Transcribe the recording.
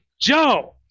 Joe